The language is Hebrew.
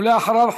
ואחריו,